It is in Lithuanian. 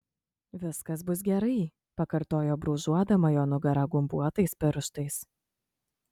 viskas bus gerai pakartojo brūžuodama jo nugarą gumbuotais pirštais